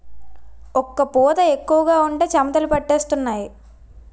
ఒక్క పూత ఎక్కువగా ఉంటే చెమటలు పట్టేస్తుంటాయి